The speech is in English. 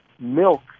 milk